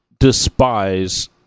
Despise